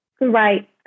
Right